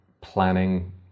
planning